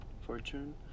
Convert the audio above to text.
Fortune